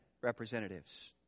representatives